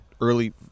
early